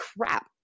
crap